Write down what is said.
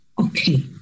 Okay